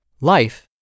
Life